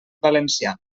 valenciana